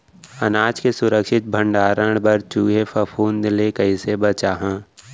अनाज के सुरक्षित भण्डारण बर चूहे, फफूंद ले कैसे बचाहा?